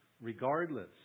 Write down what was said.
Regardless